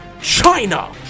China